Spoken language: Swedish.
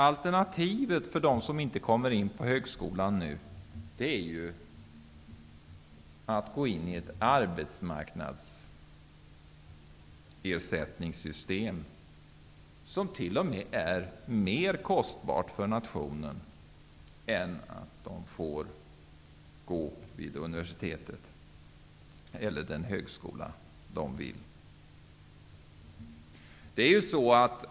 Alternativet för dem som inte kommer in på högskolan nu är ju att gå in i ett arbetslöshetsersättningssystem, som t.o.m. är mer kostbart för nationen än att de får gå vid det universitet eller den högskola där de vill gå.